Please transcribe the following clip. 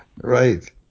right